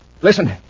Listen